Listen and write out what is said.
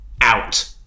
out